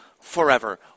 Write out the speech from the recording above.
forever